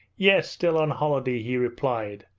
yes, still on holiday he replied,